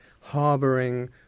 harboring